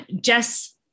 Jess